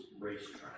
racetrack